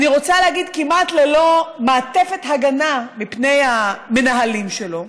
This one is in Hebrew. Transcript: אני רוצה להגיד כמעט ללא מעטפת הגנה מפני המנהלים שלו,